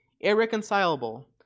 irreconcilable